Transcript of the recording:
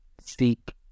seek